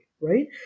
right